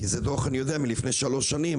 כי זה דוח אני יודע מלפני שלוש שנים,